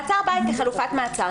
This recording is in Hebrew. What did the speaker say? מעצר בית כחלופת מעצר,